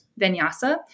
vinyasa